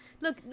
look